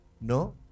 No